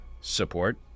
support